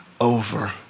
over